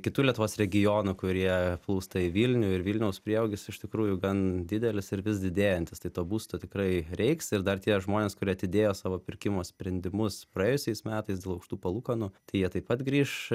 kitų lietuvos regionų kurie plūsta į vilnių ir vilniaus prieaugis iš tikrųjų gan didelis ir vis didėjantis tai to būsto tikrai reiks ir dar tie žmonės kurie atidėjo savo pirkimo sprendimus praėjusiais metais dėl aukštų palūkanų tai jie taip pat grįš